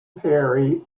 perry